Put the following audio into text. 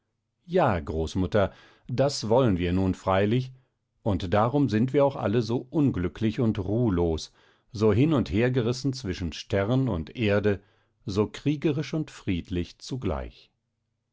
ja großmutter das wollen wir nun freilich und darum sind wir auch alle so unglücklich und ruhlos so hin und her gerissen zwischen stern und erde so kriegerisch und friedlich zugleich